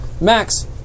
Max